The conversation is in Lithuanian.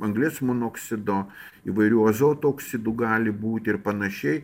anglies monoksido įvairių azoto oksidų gali būti ir panašiai